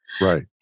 Right